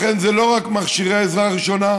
לכן, זה לא רק מכשירי עזרה ראשונה,